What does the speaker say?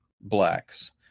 blacks